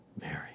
Mary